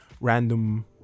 random